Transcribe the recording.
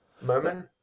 moment